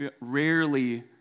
rarely